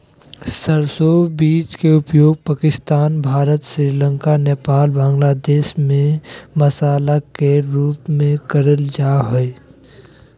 सरसो बीज के उपयोग पाकिस्तान, भारत, श्रीलंका, नेपाल, बांग्लादेश में मसाला के रूप में करल जा हई